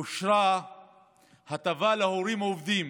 אושרה הטבה להורים עובדים,